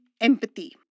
empathy